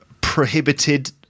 Prohibited